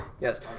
Yes